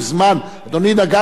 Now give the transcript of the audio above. אדוני נגע בנושא אחר,